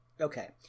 Okay